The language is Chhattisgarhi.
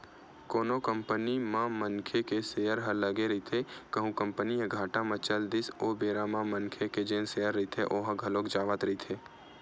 कोनो कंपनी म मनखे के सेयर ह लगे रहिथे कहूं कंपनी ह घाटा म चल दिस ओ बेरा म मनखे के जेन सेयर रहिथे ओहा घलोक जावत रहिथे